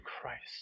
Christ